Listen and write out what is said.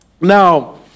Now